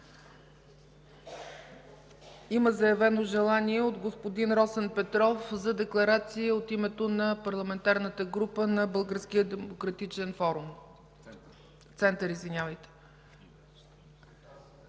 Има заявено желание от господин Росен Петров за декларация от името на Парламентарната група на Българския демократичен център. (Народният